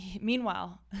meanwhile